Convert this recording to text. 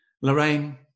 Lorraine